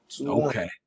Okay